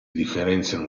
differenziano